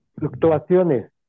Fluctuaciones